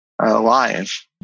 alive